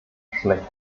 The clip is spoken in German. schlecht